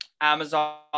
Amazon